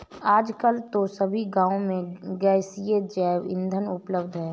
आजकल तो सभी गांव में गैसीय जैव ईंधन उपलब्ध है